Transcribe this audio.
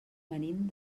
venim